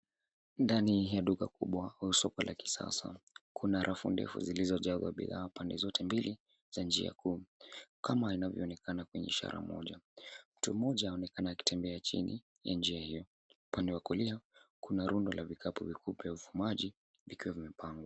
Ndani ya duka kubwa au soko ya kisasa, kuna rafu ndefu zilizojazwa bidhaa pande zote mbili za njia kuu. Kama inavyoonekana kwenye ishara moja, mtu mmoja anatembea chini ya njia hiyo. Upande wa kulia kuna rundo la vikapu vikupe elfu maji vikiwa vimepangwa.